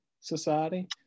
Society